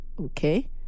okay